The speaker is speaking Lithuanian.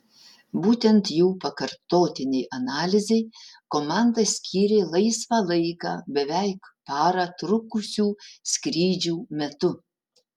būtent jų pakartotinei analizei komanda skyrė laisvą laiką beveik parą trukusių skrydžių metu